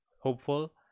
hopeful